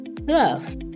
love